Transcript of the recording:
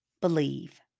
believe